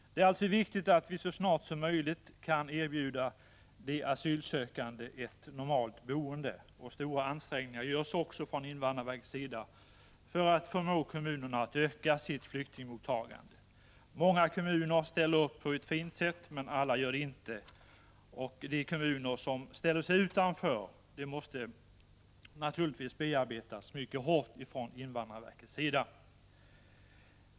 Det är alltså viktigt att vi så snart som möjligt kan erbjuda de asylsökande ett normalt boende, och stora ansträngningar görs också från invandrarverkets sida för att förmå kommunerna att öka sitt flyktingmottagande. Många kommuner ställer upp på ett fint sätt, men alla gör det inte. De kommuner som ställer sig utanför måste naturligtvis bearbetas mycket hårt av invandrarverket.